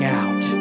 out